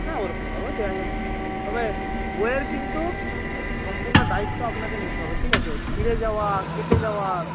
হ্যাঁ ওরকমভাবেও দেওয়া যাবে তবে বইয়ের কিন্তু সম্পূর্ণ দায়িত্ব আপনাকে নিতে হবে ঠিক আছে ছিঁড়ে যাওয়া কেটে যাওয়া